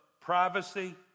privacy